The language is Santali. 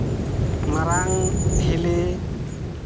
ᱢᱟᱨᱟᱝ ᱦᱤᱞᱤ